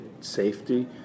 safety